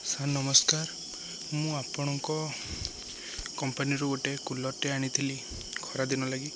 sir ନମସ୍କାର ମୁଁ ଆପଣଙ୍କ କମ୍ପାନୀରୁ ଗୋଟେ କୁଲରଟେ ଆଣିଥିଲି ଖରାଦିନ ଲାଗି